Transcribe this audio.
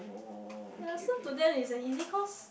oh okay okay